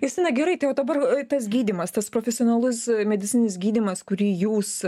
justina gerai tai o dabar tas gydymas tas profesionalus medicininis gydymas kurį jūs